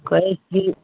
कहै छी